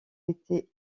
été